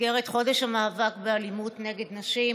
במסגרת החודש למאבק באלימות נגד נשים